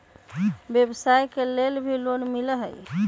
व्यवसाय के लेल भी लोन मिलहई?